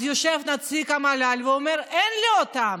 יושב נציג המל"ל ואומר: אין לי אותם.